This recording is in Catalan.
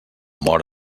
mor